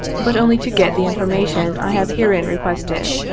but only to get the information i have herein requested.